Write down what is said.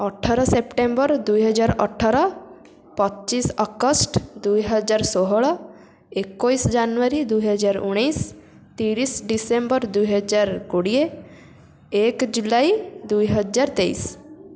ଅଠର ସେପ୍ଟେମ୍ବର ଦୁଇ ହଜାର ଅଠର ପଚିଶ ଅଗଷ୍ଟ ଦୁଇ ହଜାର ଷୋହଳ ଏକୋଇଶ ଜାନୁଆରୀ ଦୁଇ ହଜାର ଉଣେଇଶ ତିରିଶ ଡିସେମ୍ବର ଦୁଇ ହଜାର କୋଡ଼ିଏ ଏକ ଜୁଲାଇ ଦୁଇ ହଜାର ତେଇଶ